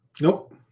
Nope